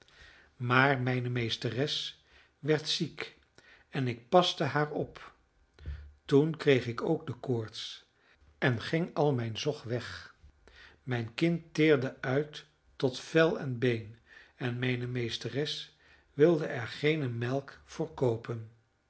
maar mijne meesteres werd ziek en ik paste haar op toen kreeg ik ook de koorts en ging al mijn zog weg mijn kind teerde uit tot vel en been en mijne meesteres wilde er geene melk